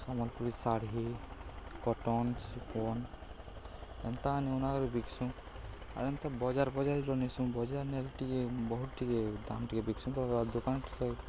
Sambalpuri sari cotton chiffon ଏନ୍ତା ନିଉ ବିକ୍ସୁଁ ଆର୍ ଏନ୍ତା ବଜାର୍ ବଜାର୍ର ନେଇସୁଁ ବଜାର୍ ନେଲେ ଟିକେ ବହୁତ ଟିକେ ଦାମ୍ ଟିକେ ବିକ୍ସୁଁ ତ ଦୋକାନ